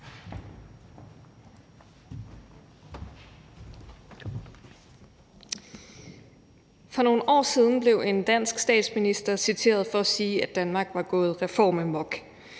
For nogle år siden blev en dansk statsminister citeret for at sige, at Danmark var gået reformamok.